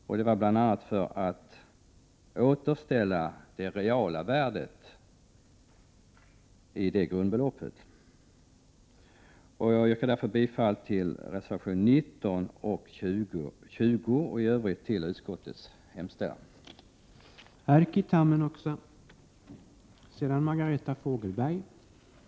Detta sker bl.a. för att återställa det reala värdet i grundbeloppet. Herr talman! Jag yrkar bifall till reservationerna 19 och 20 och i övrigt till utskottets hemställan.